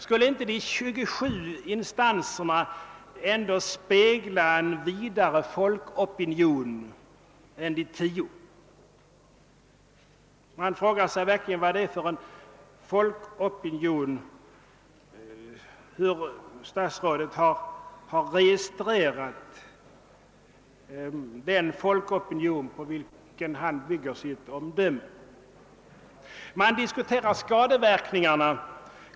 Skulle inte de 27 remissinstanserna ändå spegla en vidare folkopinion än de tio? Hur har statsrådet registrerat den folkopinion på vilken han bygger sitt omdöme? Man diskuterar skadeverkningarna.